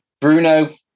Bruno